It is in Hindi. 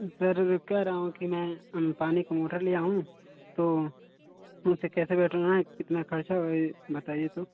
सर कह रहा हूँ कि मैं पानी का मोटर ले आऊँ तो खुद से कैसे बैठाना है कितना खर्चा ये बताइए तो